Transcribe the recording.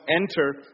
enter